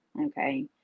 okay